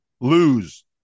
Lose